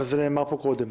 וזה נאמר פה קודם.